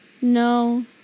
No